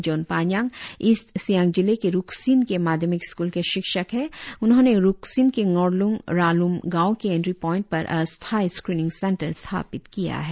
zone Panyang East Siang जिले के रुकसिन के माध्यमिक स्कूल के शिक्षक है उन्होंने रुकसिन के डोरल्ंग राल्ंम गांव के एन्ट्री पोईंट पर अस्थायी स्क्रिंनिंग सेंटर म्थापित किया है